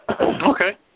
Okay